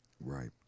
Right